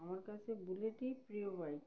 আমার কাছে বুলেটই প্রিয় বাইক